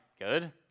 good